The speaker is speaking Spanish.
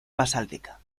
basáltica